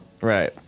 Right